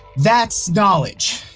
that's knowledge.